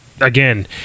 Again